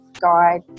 guide